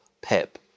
Pep